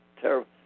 terrible